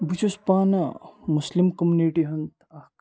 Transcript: بہٕ چھُس پانہٕ مُسلِم کوٚمنِٹی ہُنٛد اَکھ